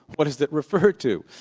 what does that refer to?